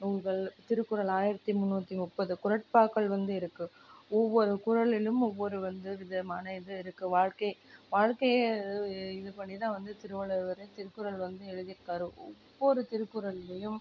நூல்கள் திருக்குறள் ஆயிரத்தி முந்நூற்றி முப்பது குறட்பாக்கள் வந்து இருக்குது ஒவ்வொரு குறளிலும் ஒவ்வொரு வந்து விதமான இது இருக்குது வாழ்க்கை வாழ்க்கையை இது பண்ணி தான் வந்து திருவள்ளுவரே திருக்குறள் வந்து எழுதியிருக்காரு ஒவ்வொரு திருக்குறள்லையும்